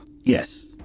Yes